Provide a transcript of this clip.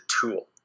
tool